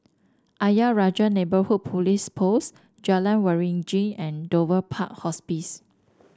Ayer Rajah Neighbourhood Police Post Jalan Waringin and Dover Park Hospice